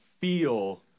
feel